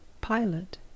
pilot